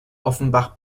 offenbach